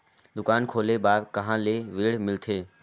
दुकान खोले बार कहा ले ऋण मिलथे?